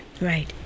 Right